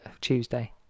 tuesday